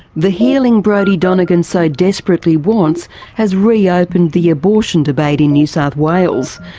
the healing brodie donegan so desperately wants has reopened the abortion debate in new south wales.